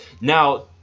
now